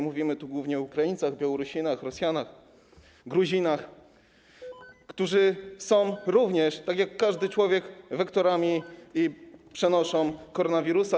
Mówimy tu głównie o Ukraińcach, Białorusinach, Rosjanach, Gruzinach, którzy są również, tak jak każdy człowiek, wektorami i przenoszą koronawirusa.